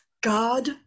God